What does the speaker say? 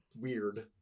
weird